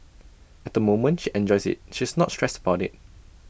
at the moment she enjoys IT she's not stressed about IT